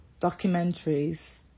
documentaries